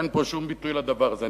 אין פה שום ביטוי לדבר הזה.